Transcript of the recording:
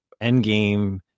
Endgame